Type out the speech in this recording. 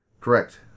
Correct